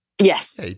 Yes